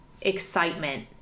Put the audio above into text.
excitement